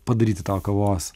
padaryti tau kavos